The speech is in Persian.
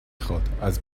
خواد، از